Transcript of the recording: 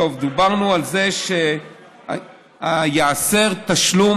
דיברנו על זה שייאסר תשלום,